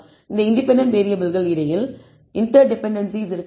இந்த இண்டிபெண்டன்ட் வேறியபிள்கள் இடையில் இன்டெர்டிபெண்டென்சிஸ் இருக்கக்கூடும்